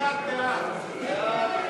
לשנת התקציב 2015, בדבר הפחתת תקציב לא נתקבלו.